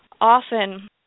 often